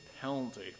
penalty